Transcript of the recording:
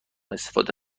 استفاده